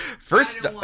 First